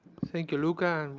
thank you, luca. and